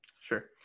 Sure